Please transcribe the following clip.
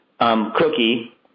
cookie